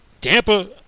Tampa